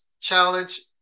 challenge